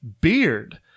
beard